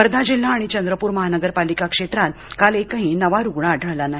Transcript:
वर्धा जिल्हा आणि चंद्रप्र महानगरपालिका क्षेत्रात काल एकही नवा रुग्ण आढळला नाही